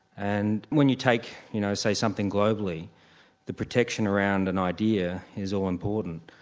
and when you take you know say something globally the protection around an idea is all important.